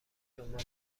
دنبال